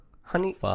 Honey